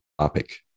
topic